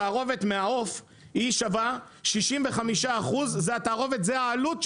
התערובת מהעוף שווה, 65% זה התערובת, זה העלות.